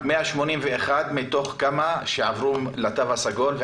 אמרת 181 מתוך כמה שעברו לתו הסגול?